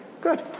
good